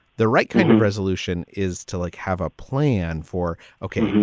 the right kind of resolution is to like have a plan for. okay. you